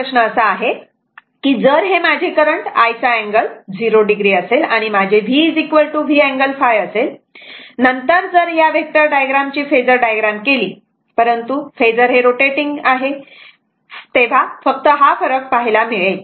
आता प्रश्न असा आहे की जर हे माझे करंट I चा अँगल 0 o असेल आणि माझे v V अँगल ϕ असेल नंतर जर या व्हेक्टर डायग्राम ची फेजर डायग्राम केली परंतु फेजर हे रोटेटिंग आहे फक्त हा फरक पाहायला मिळेल